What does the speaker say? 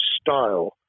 style